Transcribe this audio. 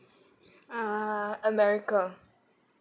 uh america